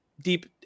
deep